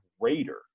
greater